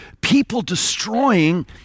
people-destroying